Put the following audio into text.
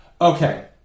Okay